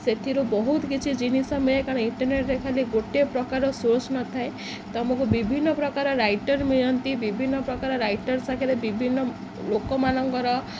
ସେଥିରୁ ବହୁତ କିଛି ଜିନିଷ କାରଣ ଇଣ୍ଟରନେଟ୍ରେ ଖାଲି ଗୋଟେ ପ୍ରକାର ସୋର୍ସ ନଥାଏ ତୁମକୁ ବିଭିନ୍ନ ପ୍ରକାର ରାଇଟର ମିଳନ୍ତି ବିଭିନ୍ନ ପ୍ରକାର ରାଇଟର ସାଙ୍ଗରେ ବିଭିନ୍ନ ଲୋକମାନଙ୍କର